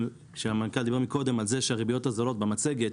יקטינו כשהמנכ"ל דיבר קודם על זה שהריביות הזולות במצגת,